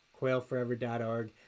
quailforever.org